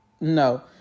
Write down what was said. No